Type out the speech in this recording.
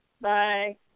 Bye